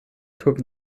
took